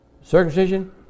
Circumcision